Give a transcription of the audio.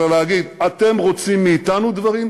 אלא להגיד: אתם רוצים מאתנו דברים,